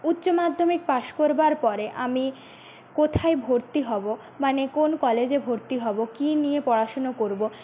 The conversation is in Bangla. উচ্চ মাধ্যমিক পাশ করবার পরে আমি কোথায় ভর্তি হবো মানে কোন কলেজে ভর্তি হবো কি নিয়ে পড়াশুনো করবো